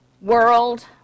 world